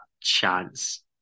chance